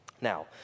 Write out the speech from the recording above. Now